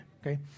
Okay